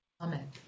Amen